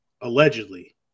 allegedly